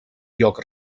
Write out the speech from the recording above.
lloc